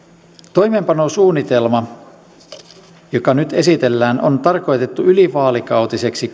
toimeenpanosuunnitelma joka nyt esitellään on tarkoitettu ylivaalikautiseksi